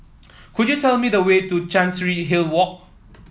could you tell me the way to Chancery Hill Walk